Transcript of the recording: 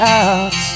out